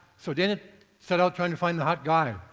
so dana set out trying to find the hot guy.